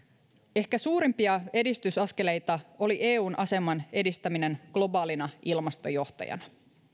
ehkä suurimpia edistysaskeleita oli eun aseman edistäminen globaalina ilmastojohtajana